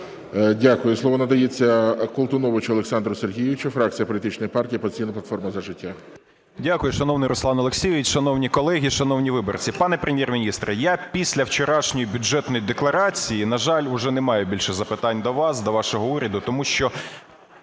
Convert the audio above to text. Дякую. Слово надається Колтуновичу Олександру Сергійовичу, фракція політичної партії "Опозиційна платформа – За життя". 10:32:28 КОЛТУНОВИЧ О.С. Дякую, шановний Руслан Олексійович. Шановні колеги і шановні виборці! Пане Прем'єр-міністре, я після вчорашньої Бюджетної декларації, на жаль, уже не маю більше запитань до вас, до вашого уряду, тому що